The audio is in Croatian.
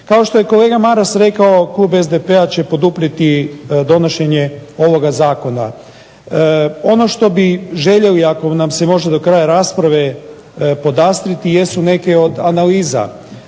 Kao što je kolega Maras rekao klub SDP-a će poduprijeti donošenje ovoga zakona. Ono što bi željeli, ako nam se može do kraja rasprave podastrijeti, jesu neke od analiza.